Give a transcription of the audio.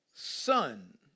son